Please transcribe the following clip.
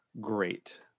great